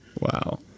Wow